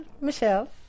Michelle